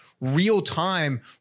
real-time